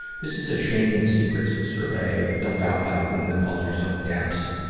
this is a shame and secret survey filled out by a woman who calls herself demps